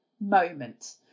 moment